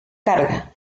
carga